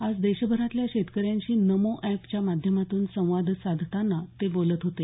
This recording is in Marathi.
आज देशभरातल्या शेतकऱ्यांशी नमो एपच्या माध्यमातून संवाद साधताना ते बोलत होते